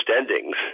endings